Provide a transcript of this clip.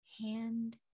hand